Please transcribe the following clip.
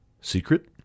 secret